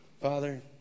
Father